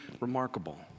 remarkable